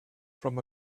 from